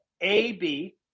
AB